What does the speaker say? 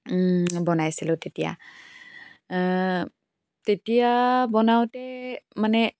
বনাইছিলোঁ তেতিয়া তেতিয়া বনাওঁতে মানে